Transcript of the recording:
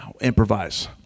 improvise